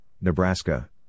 Nebraska